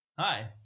hi